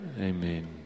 Amen